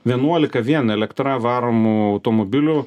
vienuolika vien elektra varomų automobilių